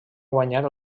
guanyar